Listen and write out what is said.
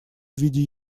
виде